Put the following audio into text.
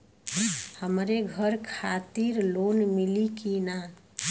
हमरे घर खातिर लोन मिली की ना?